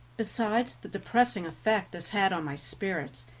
besides the depressing effect this had on my spirits,